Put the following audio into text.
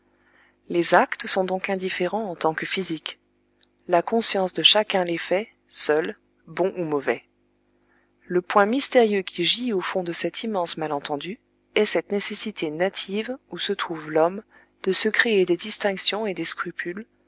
les actes sont donc indifférents en tant que physiques la conscience de chacun les fait seule bons ou mauvais le point mystérieux qui gît au fond de cet immense malentendu est cette nécessité native où se trouve l'homme de se créer des distinctions et des scrupules